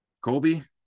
Colby